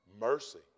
mercy